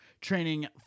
training